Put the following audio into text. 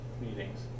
meetings